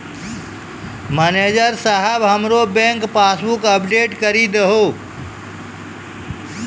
manager साहेब हमरो bank passbook update करि दहो